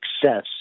success